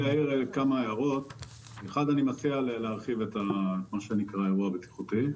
אני מציע להרחיב את האירוע הבטיחותי,